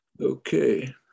okay